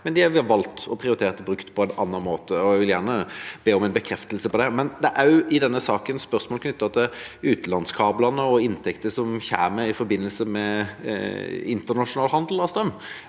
men de har valgt å prioritere det brukt på en annen måte. Jeg vil gjerne be om en bekreftelse på det. Det er også i denne saken spørsmål knyttet til utenlandskablene og inntekter som kommer i forbindelse med internasjonal handel med